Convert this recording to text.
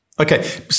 Okay